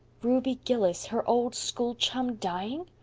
ruby gillis, her old school-chum, dying?